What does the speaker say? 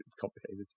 complicated